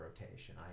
rotation